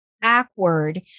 backward